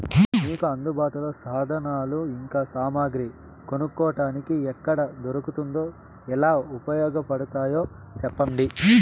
మీకు అందుబాటులో సాధనాలు ఇంకా సామగ్రి కొనుక్కోటానికి ఎక్కడ దొరుకుతుందో ఎలా ఉపయోగపడుతాయో సెప్పండి?